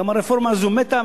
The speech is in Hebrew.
גם הרפורמה הזו מתה.